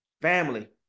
Family